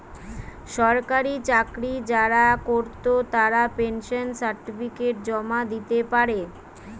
সরকারি চাকরি যারা কোরত তারা পেনশন সার্টিফিকেট জমা দিতে পারে